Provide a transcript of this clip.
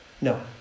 No